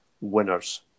winners